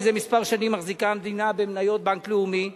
זה כמה שנים המדינה מחזיקה במניות בנק לאומי.